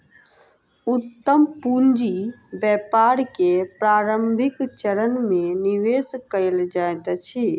उद्यम पूंजी व्यापार के प्रारंभिक चरण में निवेश कयल जाइत अछि